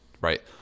Right